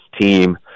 team